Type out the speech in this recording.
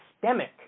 systemic